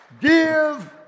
Give